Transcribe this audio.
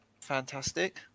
fantastic